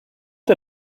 der